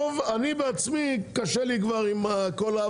בעצמי קשה לי כבר עם הכול,